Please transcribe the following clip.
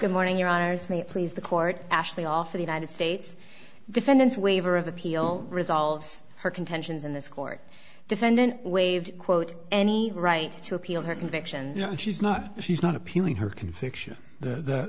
good morning your honor is may it please the court ashley off the united states defendant's waiver of appeal results her contentions in this court defendant waived quote any right to appeal her conviction she's not she's not appealing her conviction that that